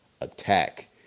attack